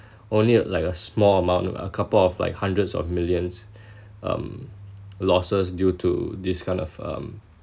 only like a small amount a couple of like hundreds of millions um losses due to this kind of um